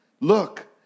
Look